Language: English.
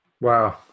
Wow